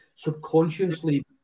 subconsciously